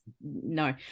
no